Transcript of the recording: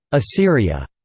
assyria.